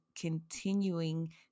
continuing